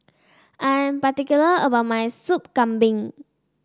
I am particular about my Sup Kambing